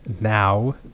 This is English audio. now